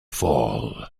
fall